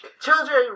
children